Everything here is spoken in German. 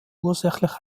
ursächlich